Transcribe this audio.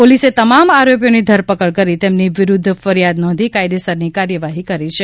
પોલીસે તમામ આરોપીઓની ધરપકડ કરી તેમની વિરૂધ્ધ ફરિયાદ નોંધી કાયદેસરની કાર્યવાહી કરી છે